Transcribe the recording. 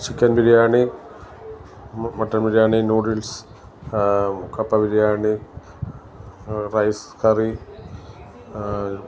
chicken biryani mutton biryani noodles കപ്പ biryani rice കറി